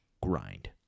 grind